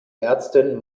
ärztin